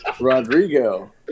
Rodrigo